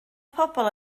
pobl